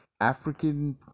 African